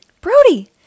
Brody